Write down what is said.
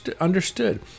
understood